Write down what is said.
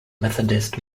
methodist